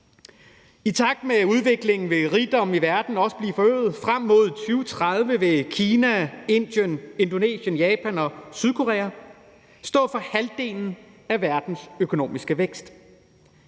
I takt med udviklingen vil rigdommen i verden også blive forøget. Frem mod 2030 vil Kina, Indien, Indonesien, Japan og Sydkorea stå for halvdelen af verdens økonomiske vækst.